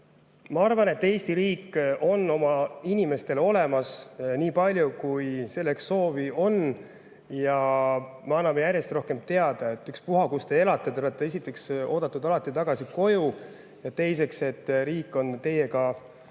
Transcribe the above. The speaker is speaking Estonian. ma arvan, et Eesti riik on oma inimestele olemas nii palju, kui selleks soovi on. Ja me anname järjest rohkem teada, et ükspuha, kus te elate, te olete, esiteks, oodatud alati tagasi koju, ja teiseks, riik on teiega